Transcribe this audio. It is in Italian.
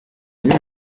new